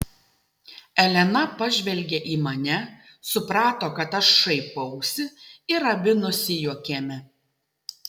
elena pažvelgė į mane suprato kad aš šaipausi ir abi nusijuokėme